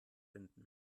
finden